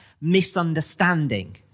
misunderstanding